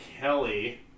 Kelly